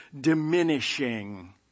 diminishing